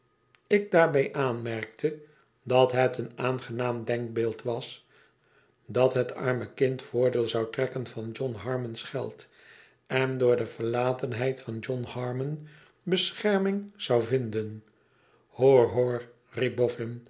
ik daarbij aanmerkte dan het een aangenaam denkbeeld was dat het arme kind voordeel zou trekken van john harmon's geld en door de verlatenheid van john harmon bescherming zou vinden